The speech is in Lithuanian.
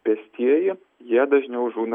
pėstieji jie dažniau žūna